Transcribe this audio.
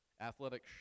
athletic